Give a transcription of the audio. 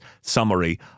summary